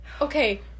okay